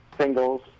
singles